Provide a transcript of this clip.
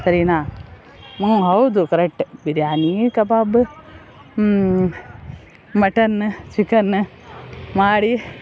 ಸರಿನಾ ಹ್ಞೂ ಹೌದು ಕರೆಕ್ಟ್ ಬಿರಿಯಾನಿ ಕಬಾಬ ಮಟನ್ನ ಚಿಕನ್ನ ಮಾಡಿ